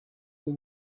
bwo